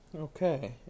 Okay